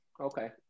Okay